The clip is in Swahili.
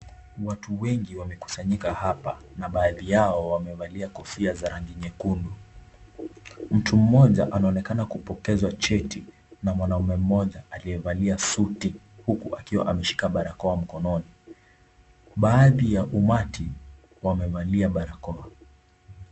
Watu wengi wanakusanyika hapa na baadhi yao wamevalia kofia za rangi nyekundu, mtu mmoja anaonekana kupokezwa cheti na mwanaume mmoja aliyevalia suti huku akiwa ameshika barakoa mkononi, baadhi ya umati wamevalia barakoa.